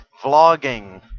Vlogging